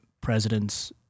presidents